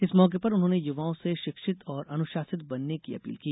इस मोके पर उन्होंने युवाओं से शिक्षित और अनुशासित बनने की अपील की